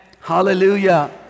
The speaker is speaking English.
hallelujah